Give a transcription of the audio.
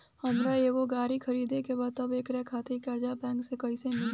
हमरा एगो गाड़ी खरीदे के बा त एकरा खातिर कर्जा बैंक से कईसे मिली?